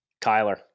Kyler